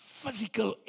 physical